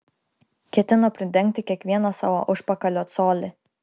ketino pridengti kiekvieną savo užpakalio colį